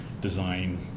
design